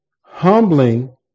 humbling